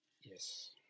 Yes